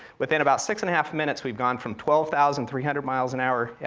within about six and a half minutes, we've gone from twelve thousand three hundred miles an hour, yeah